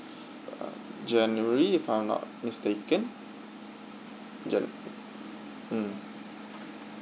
january if I'm not mistaken jan~ mm